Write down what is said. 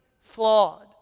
flawed